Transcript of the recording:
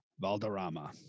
Valderrama